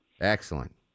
Excellent